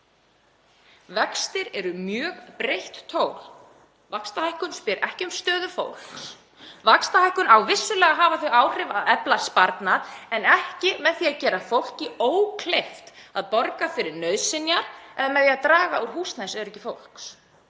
Vextir eru mjög breitt tól. Vaxtahækkun spyr ekki um stöðu fólks. Vaxtahækkun á vissulega að hafa þau áhrif að efla sparnað, en ekki með því að gera fólki ókleift að borga fyrir nauðsynjar eða með því að draga úr húsnæðisöryggi fólks.